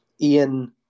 Ian